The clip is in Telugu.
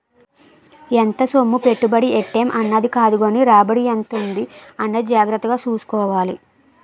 ఎంత సొమ్ము పెట్టుబడి ఎట్టేం అన్నది కాదుగానీ రాబడి ఎంతుంది అన్నది జాగ్రత్తగా సూసుకోవాలి